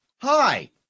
hi